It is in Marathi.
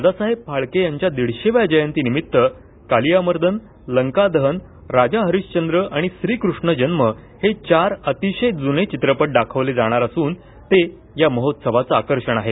दादासाहेब फाळके यांच्या दीडशेव्या जयंतीनिमित्त कालियामर्दन लंकादहन राजा हरीश्वंद्र आणि श्रीकृष्ण जन्म हे चार अतिशय जुने चित्रपट दाखवले जाणार असून ते या महोत्सवाचं आकर्षण आहे